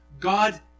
God